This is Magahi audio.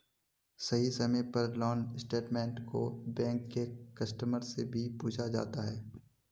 सही समय पर लोन स्टेटमेन्ट को बैंक के कस्टमर से भी पूछा जाता है